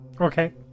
Okay